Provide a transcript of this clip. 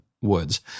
woods